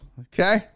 okay